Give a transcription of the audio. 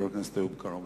חבר הכנסת איוב קרא,